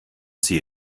sie